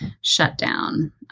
shutdown